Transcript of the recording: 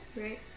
Right